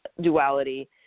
duality